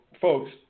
folks